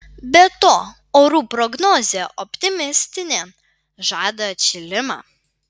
be to orų prognozė optimistinė žada atšilimą